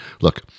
Look